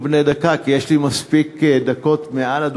בני דקה כי יש לי מספיק דקות מעל הדוכן.